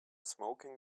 smoking